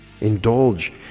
Indulge